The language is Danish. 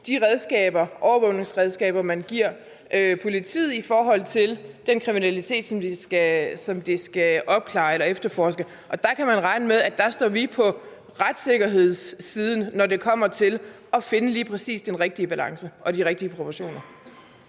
de overvågningsredskaber, man giver politiet, og den kriminalitet, som de skal opklare eller efterforske. Og der kan man regne med at vi står på retssikkerhedens side, når det kommer til at finde lige præcis den rigtige balance og de rette proportioner.